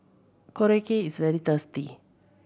korokke is very